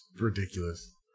ridiculous